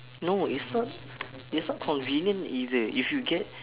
no it's not it's not convenient either if you get